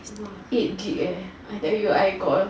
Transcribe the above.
eight G_B eh I tell you I got